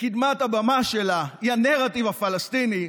וקדמת הבמה שלה היא הנרטיב הפלסטיני,